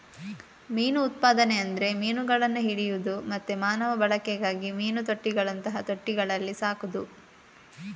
ಮೀನು ಉತ್ಪಾದನೆ ಅಂದ್ರೆ ಮೀನುಗಳನ್ನ ಹಿಡಿಯುದು ಮತ್ತೆ ಮಾನವ ಬಳಕೆಗಾಗಿ ಮೀನು ತೊಟ್ಟಿಗಳಂತಹ ತೊಟ್ಟಿಗಳಲ್ಲಿ ಸಾಕುದು